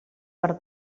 per